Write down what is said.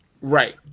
Right